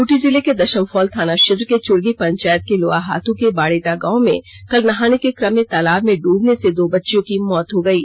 खूंटी जिले के दषम फॉल थाना क्षेत्र के चुरगी पंचायत के लोवाहातू के बाड़ेदा गांव में कल नहाने के क्रम में तालाब में ड्रबने से दो बच्चियों की मौत हो गयी